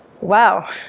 Wow